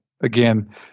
again